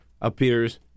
appears